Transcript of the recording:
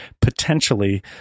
potentially